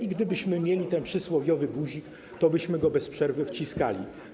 I gdybyśmy mieli ten przysłowiowy guzik, tobyśmy go bez przerwy wciskali.